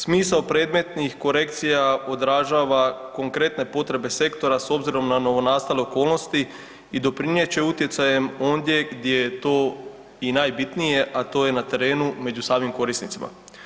Smisao predmetnih korekcija odražava konkretne potrebe sektora s obzirom na novonastale okolnosti i doprinijet će utjecajem ondje gdje je to i najbitnije a to je na terenu među samim korisnicima.